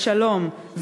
לשלום,